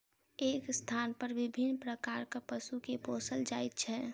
एक स्थानपर विभिन्न प्रकारक पशु के पोसल जाइत छै